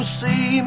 see